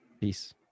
peace